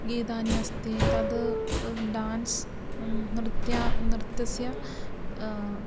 गीतानि अस्ति तत् डान्स् नृत्यं नृत्यस्य